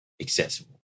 accessible